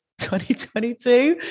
2022